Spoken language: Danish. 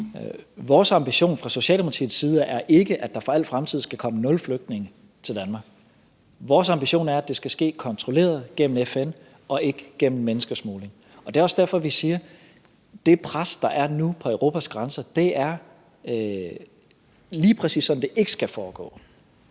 Vores ambition fra Socialdemokratiets side af er ikke, at der i al fremtid skal komme nul flygtninge til Danmark. Vores ambition er, at det skal ske kontrolleret gennem FN og ikke gennem menneskesmugling. Det er også derfor, vi siger, at det pres, der er nu på Europas grænser, er lige præcis den måde, det ikke skal foregå